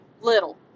little